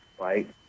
right